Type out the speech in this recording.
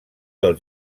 del